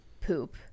poop